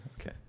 Okay